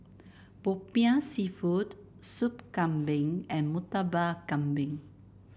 popiah seafood Soup Kambing and Murtabak Kambing